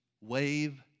Wave